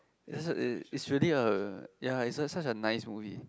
it's a it it's really a ya is a such a nice movie